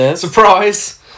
Surprise